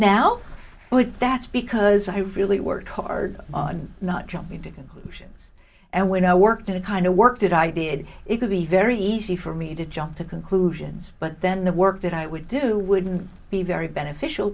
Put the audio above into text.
now that's because i really work hard on not jumping to conclusions and when i worked at the kind of work that i did it would be very easy for me to jump to conclusions but then the work that i would do wouldn't be very beneficial